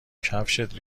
کفشت